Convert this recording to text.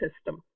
system